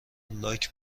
لاک